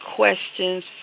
questions